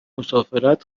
مسافرت